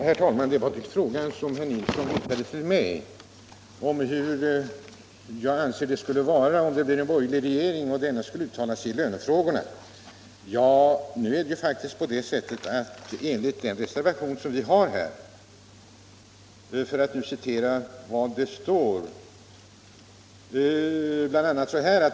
Herr talman! Herr Nilsson i Kalmar frågade mig hur jag anser det skulle vara om det blev en borgerlig regering och hur denna skulle uppträda visavi lönefrågorna. Ja, i den reservation som vi har avgivit står det bl.,a.